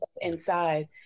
inside